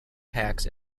packs